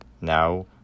now